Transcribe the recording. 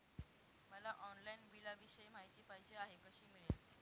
मला ऑनलाईन बिलाविषयी माहिती पाहिजे आहे, कशी मिळेल?